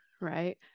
right